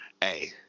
Hey